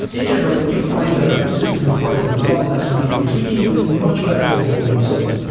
in general, you'll find that our new system requires a lot less manual tweaking, with much better overall results.